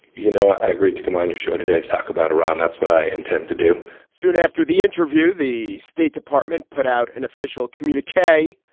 you know, i agreed to come on your show today to talk about iran. that's what i intend to do soon after the interview, the state department put out an official communique.